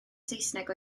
saesneg